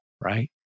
right